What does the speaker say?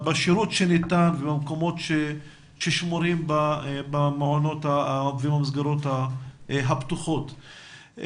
בשירות שניתן ובמקומות ששמורים במעונות ובמסגרות הפתוחות.